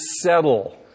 settle